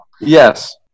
Yes